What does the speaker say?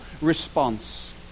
response